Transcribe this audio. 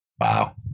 Wow